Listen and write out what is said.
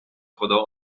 خدا